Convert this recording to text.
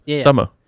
summer